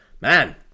man